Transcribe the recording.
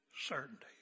certainty